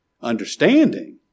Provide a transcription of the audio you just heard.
Understanding